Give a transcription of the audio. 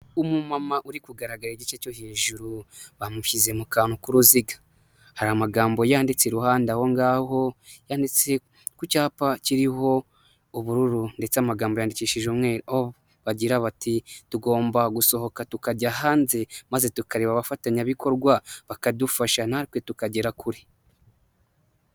Umumama uri kugaragara igice cyo hejuru bamushyize mu kantu k'uruziga. Hari amagambo yanditse iruhande aho ngaho, yanditse ku cyapa kiriho ubururu ndetse amagambo yandikishije umweru, aho bagira bati tugomba gusohoka tukajya hanze maze tukareba abafatanyabikorwa, bakadufasha natwe tukagera kure.